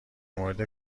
مورد